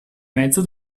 mezzo